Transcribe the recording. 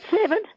seven